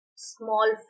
small